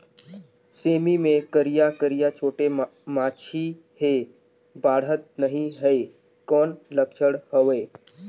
सेमी मे करिया करिया छोटे माछी हे बाढ़त नहीं हे कौन लक्षण हवय?